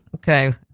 Okay